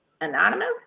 Anonymous